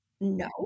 No